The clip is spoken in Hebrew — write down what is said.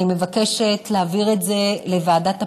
אני מבקשת להעביר את זה לוועדת הפנים,